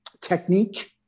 technique